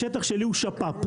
השטח שלי הוא שפ"פ,